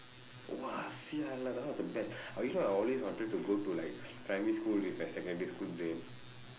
!wah! sia lah that one is the best I you know I always wanted to go to like primary school with my secondary school brain